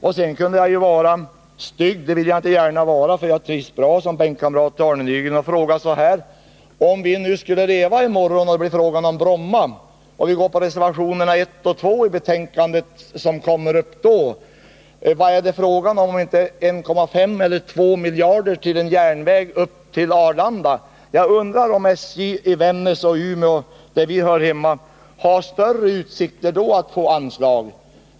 Jag kunde vara stygg — det vill jag inte gärna vara, för jag trivs bra som bänkkamrat till Arne Nygren — och fråga: Om vi skulle leva i morgon när det blir fråga om Bromma och vi följer reservationerna 1 och 2 till det betänkandet, vad är det fråga om om inte 1.5 eller 2 miljarder till en järnväg till Arlanda? Jag undrar om SJ i Vännäs och Umeå, där vi hör hemma, har större utsikter att få anslag då.